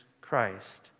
Christ